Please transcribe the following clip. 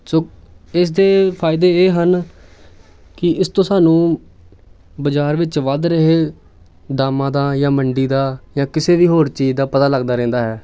ਸੋ ਇਸ ਦੇ ਫਾਇਦੇ ਇਹ ਹਨ ਕਿ ਇਸ ਤੋਂ ਸਾਨੂੰ ਬਾਜ਼ਾਰ ਵਿੱਚ ਵੱਧ ਰਹੇ ਦਾਮਾਂ ਦਾ ਜਾਂ ਮੰਡੀ ਦਾ ਜਾਂ ਕਿਸੇ ਵੀ ਹੋਰ ਚੀਜ਼ ਦਾ ਪਤਾ ਲੱਗਦਾ ਰਹਿੰਦਾ ਹੈ